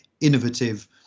innovative